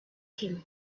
him